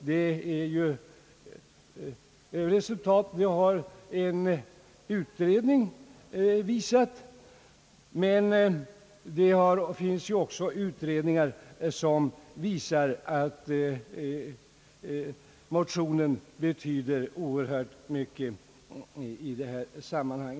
Men det finns också utredningar som visar, att motionen betyder mycket i detta sammanhang.